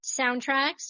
soundtracks